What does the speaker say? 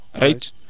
Right